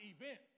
event